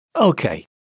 Okay